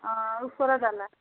ହଁ ଉପର ତାଲା